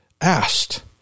asked